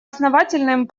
основательным